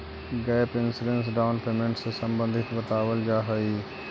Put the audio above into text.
gap insurance down payment से संबंधित बतावल जाऽ हई